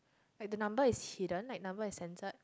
like the number is hidden like number is censored